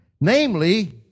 namely